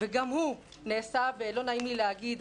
וגם הוא נעשה ולא נעים לי להגיד,